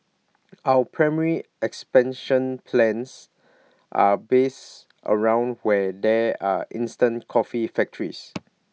our primary expansion plans are based around where there are instant coffee factories